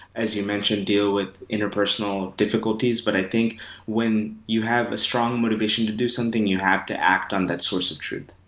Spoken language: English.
as you mentioned, deal with interpersonal difficulties. but i think when you have a strong motivation to do something, you have to act on that source of truth.